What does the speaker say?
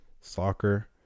soccer